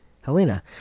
Helena